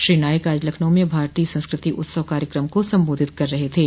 श्री नाईक आज लखनऊ में भारतीय संस्कृति उत्सव कार्यक्रम को संबोधित कर रहे थे